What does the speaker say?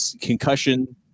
concussion